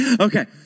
Okay